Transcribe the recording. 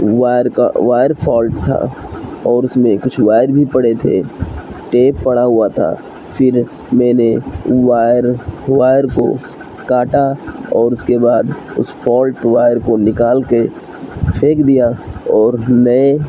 wire کا wire fault تھا اور اس میں کچھ وائر بھی پڑے تھے ٹیپ پڑا ہوا تھا پھر میں نے وائر وائر کو کاٹا اور اس کے بعد اس فالٹ وائر کو نکال کے پھینک دیا اور نئے